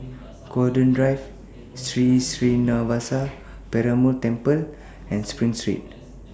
Golden Drive Sri Srinivasa Perumal Temple and SPRING Street